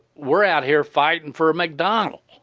we're out here fighting for a mcdonald's.